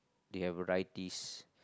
they have varieties